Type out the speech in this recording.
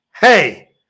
Hey